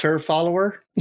follower